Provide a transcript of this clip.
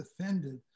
offended